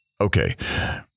Okay